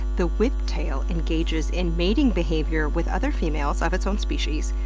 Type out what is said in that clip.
the whiptail engages in mating behavior with other females of its own species,